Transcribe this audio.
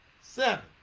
Seven